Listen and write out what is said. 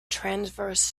transverse